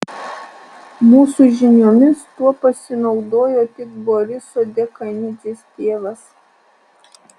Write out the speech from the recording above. mūsų žiniomis tuo pasinaudojo tik boriso dekanidzės tėvas